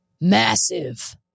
Massive